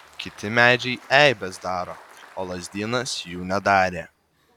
kiti medžiai eibes daro o lazdynas jų nedarė